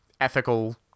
ethical